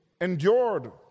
endured